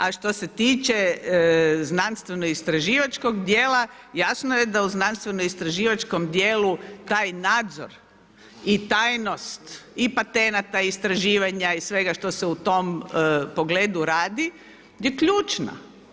A što se tiče znanstveno-istraživačkog dijela, jasno je da u znanstveno istraživačkom dijelu taj nadzor i tajnost i patenata istraživanja i svega što se u tom pogledu radi je ključna.